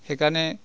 সেইকাৰণে